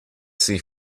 see